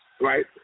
right